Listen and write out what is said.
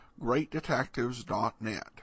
greatdetectives.net